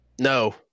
No